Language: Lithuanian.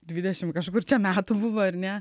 dvidešim kažkur čia metų buvo ir ne